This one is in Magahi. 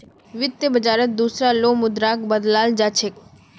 वित्त बाजारत दुसरा लो मुद्राक बदलाल जा छेक